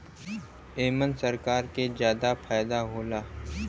एमन सरकार के जादा फायदा होला